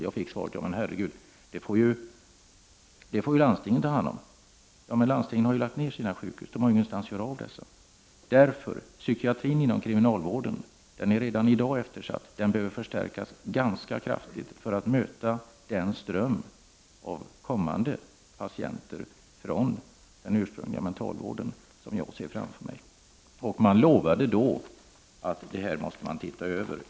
Jag fick svaret: Det får landstinget ta hand om. Men landstingen har ju lagt ned sina sjukhus. De har ingenstans att göra av dessa människor. Psykiatrin inom kriminalvården är redan i dag eftersatt. Den behöver förstärkas ganska kraftigt för att möta den ström av kommande patienter från den ursprungliga mentalvården som jag ser framför mig. Man lovade då att se på detta.